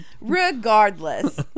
regardless